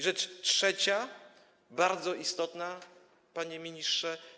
Rzecz trzecia, bardzo istotna, panie ministrze.